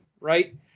right